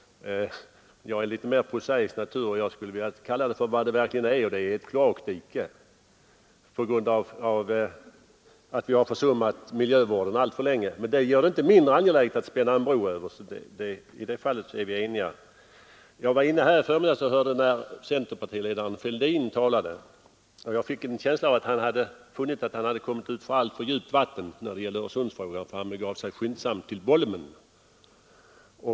Jag är en litet mer prosaisk natur, och jag skulle vilja kalla det för vad det verkligen är. Det är ett kloakdike på grund av att vi har försummat miljövården alltför länge. Men det gör det inte mindre angeläget att spänna en bro över sundet, så i det fallet är vi eniga. Jag lyssnade i förmiddags när centerpartiledaren herr Fälldin talade. Jag fick en känsla av att han hade funnit att han kommit ut på alltför djupt vatten när det gäller Öresundsbron för han begav sig skyndsamt till Bolmen.